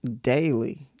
daily